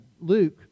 Luke